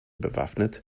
bewaffnet